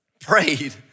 prayed